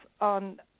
on